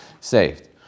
saved